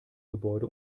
gebäude